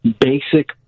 basic